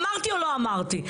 אמרתי או לא אמרתי?